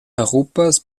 europas